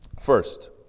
First